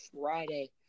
Friday